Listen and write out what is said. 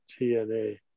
TNA